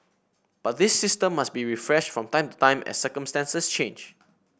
but this system must be refreshed from time to time as circumstances change